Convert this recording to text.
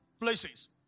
places